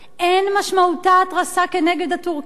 אין משמעותה התרסה כנגד הטורקים,